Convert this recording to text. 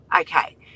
Okay